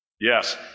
Yes